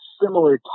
similar